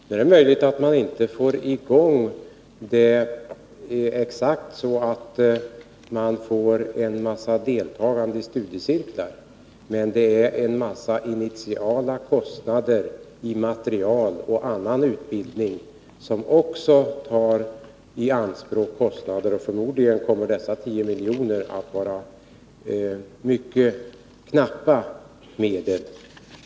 Det är möjligt att man inte får i gång det hela exakt så att man får en massa deltagare i studiecirklar, men det är stora initialkostnader för material och annat som tar kostnader i anspråk. Förmodligen kommer dessa 10 miljoner att utgöra mycket knappa medel.